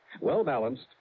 Well-balanced